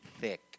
thick